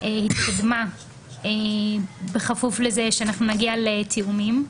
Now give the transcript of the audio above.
התקדמה בכפוף לזה שאנחנו נגיע לתיאומים.